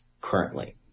currently